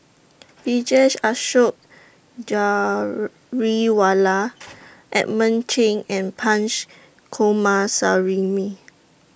Vijesh Ashok Ghariwala Edmund Cheng and Punch Coomaraswamy